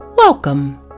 Welcome